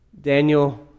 daniel